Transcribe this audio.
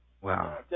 Wow